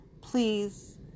Please